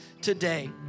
today